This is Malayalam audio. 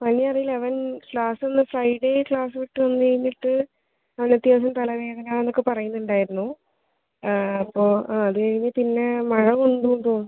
പനി അറിയില്ല അവൻ ക്ലാസിൽ നിന്ന് ഫ്രൈഡേ ക്ലാസ് വിട്ട് വന്നുകഴിയുമ്പഴ്ത്ത് അന്നത്തെ ദിവസം തലവേദന എന്നൊക്കെ പറയുന്നുണ്ടായിരുന്നു അപ്പോൾ ആ അതുകഴിഞ്ഞു പിന്നെ മഴ കൊണ്ടു എന്ന് തോന്നുന്നു